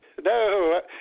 No